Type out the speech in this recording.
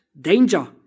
danger